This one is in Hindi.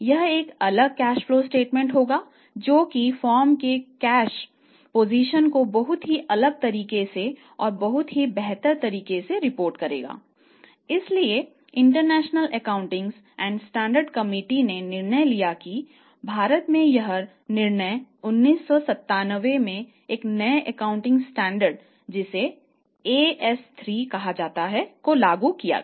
यह कैश फ्लो स्टेटमेंट जिसे AS3 कहा जाता है को लागू किया गया